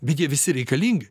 bet jie visi reikalingi